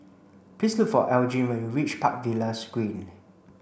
please look for Elgin when you reach Park Villas Green